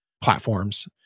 platforms